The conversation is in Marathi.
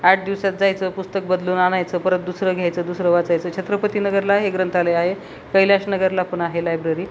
आठ दिवसात जायचं पुस्तक बदलून आणायचं परत दुसरं घ्यायचं दुसरं वाचायचं छत्रपती नगरला हे ग्रंथालय आहे कैलाश नगरला पण आहे लायब्ररी